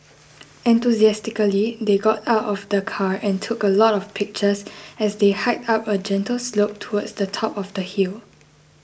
enthusiastically they got out of the car and took a lot of pictures as they hiked up a gentle slope towards the top of the hill